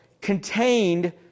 contained